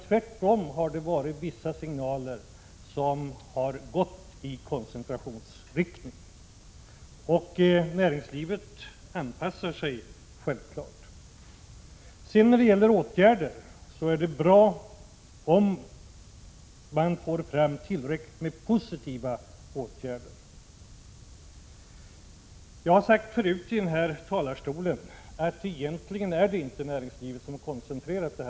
Tvärtom har vissa signaler gått i koncentrationsriktning, och näringslivet anpassar sig självfallet. Sedan är det bra om man får fram tillräckligt med positiva åtgärder. Jag har sagt förut i den här talarstolen att det egentligen inte är näringslivet som har koncentrerat riket.